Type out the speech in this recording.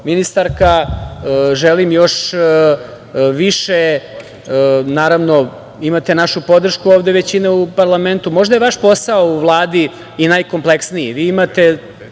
ministarka, želim još više, naravno, imate našu podršku ovde većine u parlamentu. Možda je vaš posao u Vladi i najkompleksniji.